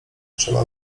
trzeba